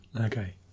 Okay